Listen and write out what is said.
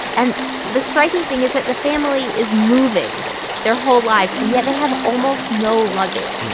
and the striking thing is that the family is moving their whole lives, and yet they have almost no luggage,